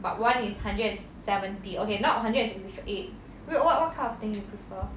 but one is hundred and se~ seventy okay not hundred and sixty eight wait what what kind of thing you prefer